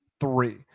three